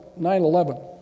9-11